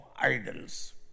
idols